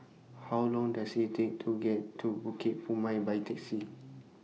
How Long Does IT Take to get to Bukit Purmei By Taxi